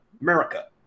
America